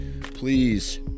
Please